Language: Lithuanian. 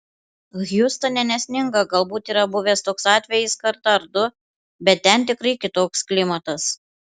hjustone nesninga galbūt yra buvęs toks atvejis kartą ar du bet ten tikrai kitoks klimatas